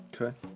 Okay